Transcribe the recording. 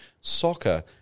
soccer